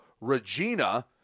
Regina